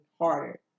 harder